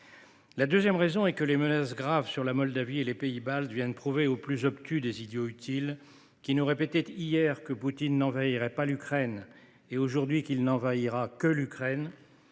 La deuxième raison est que les menaces graves qui pèsent sur la Moldavie et les pays baltes viennent prouver aux plus obtus des idiots utiles, qui nous répétaient hier que Poutine n’envahirait pas l’Ukraine et qui nous assènent aujourd’hui qu’il n’envahira que l’Ukraine,